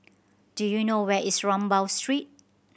do you know where is Rambau Street